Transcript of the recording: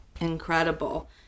Incredible